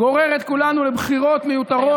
גורר את כולנו לבחירות מיותרות,